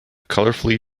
colorfully